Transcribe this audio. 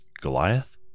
Goliath